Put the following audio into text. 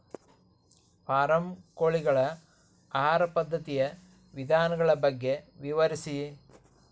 form ಕೋಳಿಗಳ ಆಹಾರ ಪದ್ಧತಿಯ ವಿಧಾನಗಳ ಬಗ್ಗೆ ವಿವರಿಸಿ